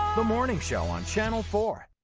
the morning show on channel four.